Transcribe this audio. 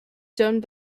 stone